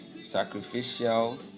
sacrificial